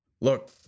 Look